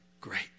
great